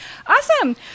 Awesome